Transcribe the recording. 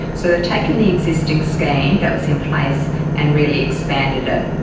so they've taken the existing scheme that was in place and really expanded it.